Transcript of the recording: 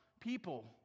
people